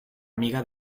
amiga